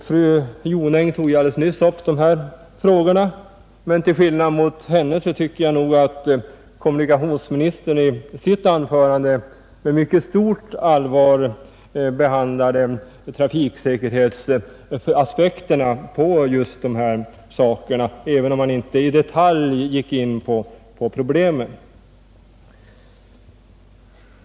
Fru Jonäng tog ju alldeles nyss upp dessa frågor, men till skillnad från henne anser jag att kommunikationsministern i sitt anförande med mycket stort allvar behandlade trafiksäkerhetsaspekterna, även om han inte i detalj gick in på problemen.